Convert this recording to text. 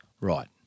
Right